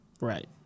right